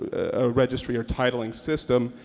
a registry or titling system.